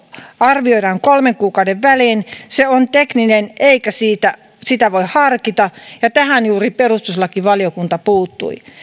arvioidaan kolmen kuukauden välein se on tekninen eikä sitä voi harkita ja tähän juuri perustuslakivaliokunta puuttui